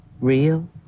real